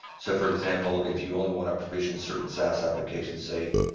so for example, if you only want to provision certain saas applications, say,